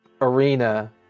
arena